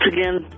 again